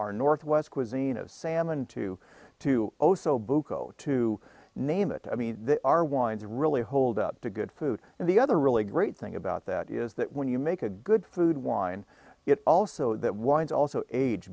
our northwest cuisine a salmon two to osso bucco to name it i mean they are wines really hold up to good food and the other really great thing about that is that when you make a good food wine it also that wines also age